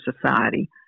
Society